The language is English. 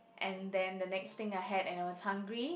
and then the next thing I had and I was hungry